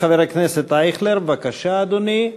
חבר הכנסת אייכלר, בבקשה, אדוני,